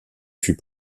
fut